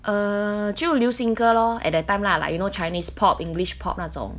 err 就流行歌 lor at that time lah like you know chinese pop english pop 那种